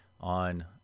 on